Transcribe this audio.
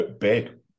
big